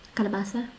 Kalabasa